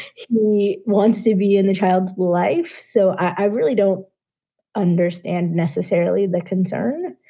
he wants to be in the child's life. so i really don't understand necessarily that concern.